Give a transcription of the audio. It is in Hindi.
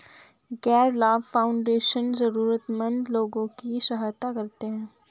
गैर लाभ फाउंडेशन जरूरतमन्द लोगों की सहायता करते हैं